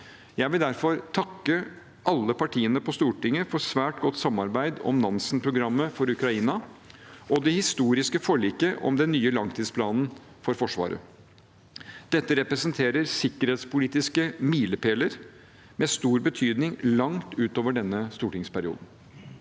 Jeg vil derfor takke alle partiene på Stortinget for svært godt samarbeid om Nansen-programmet for Ukraina, og det historiske forliket om den nye langtidsplanen for Forsvaret. Dette representerer sikkerhetspolitiske milepæler med stor betydning langt utover denne stortingsperioden.